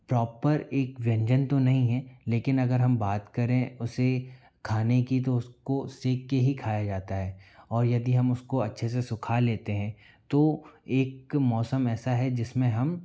proper एक व्यंजन तो नहीं है लेकिन अगर हम बात करें उसे खाने की तो उसको सेक के ही खाया जाता है और यदि हम उसको अच्छे से सुखा लेते हैं तो एक मौसम ऐसा है जिसमें हम